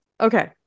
Okay